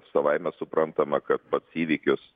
savaime suprantama kad pats įvykis